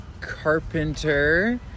carpenter